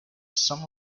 some